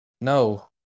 No